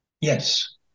Yes